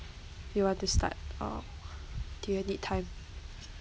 you want to start or do you need time